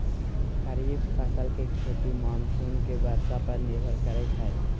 खरीफ फसल के खेती मानसून के बरसा पर निर्भर करइ छइ